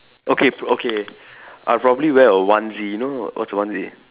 okay okay I'll probably wear a onesie you know what's a onesie